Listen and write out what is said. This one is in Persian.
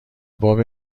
باب